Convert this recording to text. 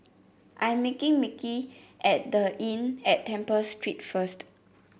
I am meeting Micky at The Inn at Temple Street first